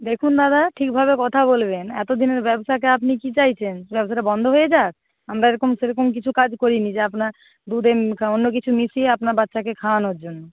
দেখুন দাদা ঠিকভাবে কথা বলবেন এতো দিনের ব্যবসাকে আপনি কি চাইছেন ব্যবসাটা বন্ধ হয়ে যাক আমরা এরকম সেরকম কিছু কাজ করি নি যে আপনার দুধে অন্য কিছু মিশিয়ে আপনার বাচ্চাকে খাওয়ানোর জন্য